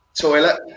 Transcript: toilet